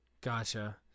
gotcha